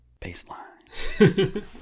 baseline